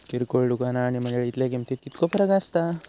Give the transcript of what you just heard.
किरकोळ दुकाना आणि मंडळीतल्या किमतीत कितको फरक असता?